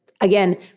Again